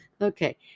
Okay